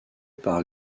par